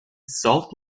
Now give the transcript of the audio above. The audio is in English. salt